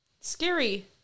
Scary